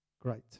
Great